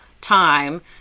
time